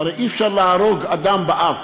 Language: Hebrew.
הרי אי-אפשר להרוג אדם באף.